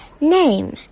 name